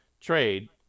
trade